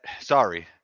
sorry